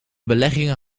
beleggingen